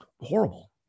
horrible